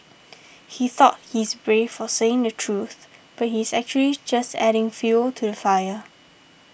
he thought he's brave for saying the truth but he's actually just adding fuel to the fire